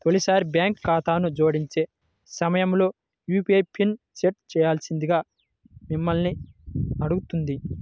తొలిసారి బ్యాంక్ ఖాతాను జోడించే సమయంలో యూ.పీ.ఐ పిన్ని సెట్ చేయాల్సిందిగా మిమ్మల్ని అడుగుతుంది